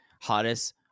hottest